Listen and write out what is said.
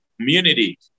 community